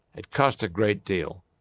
it cost a great deal.